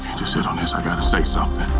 just sit on this. i gotta say something.